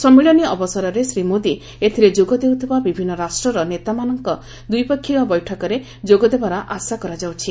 ସମ୍ମିଳନୀ ଅବସରରେ ଶ୍ରୀ ମୋଦି ଏଥିରେ ଯୋଗ ଦେଉଥିବା ବିଭିନ୍ନ ରାଷ୍ଟ୍ରର ନେତାମାନଙ୍କ ଦ୍ୱିପକ୍ଷୀୟ ବୈଠକରେ ଯୋଗଦେବାର ଆଶା କରାଯାଉଛି